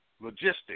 logistics